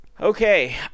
okay